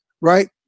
right